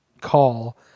call